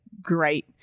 great